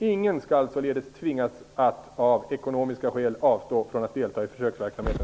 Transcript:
Ingen skall således tvingas att av ekonomiska skäl avstå från att delta i försöksverksamheten.''